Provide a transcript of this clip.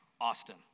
Austin